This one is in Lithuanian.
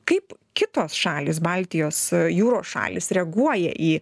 kaip kitos šalys baltijos jūros šalys reaguoja į